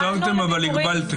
לא עצרתם, אבל הגבלתם.